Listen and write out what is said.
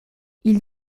ils